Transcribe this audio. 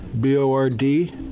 B-O-R-D